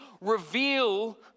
reveal